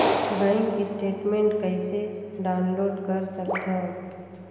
Bank statement कइसे download कर सकथव?